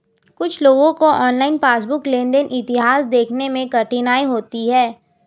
कुछ लोगों को ऑनलाइन पासबुक लेनदेन इतिहास देखने में कठिनाई होती हैं